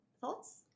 Thoughts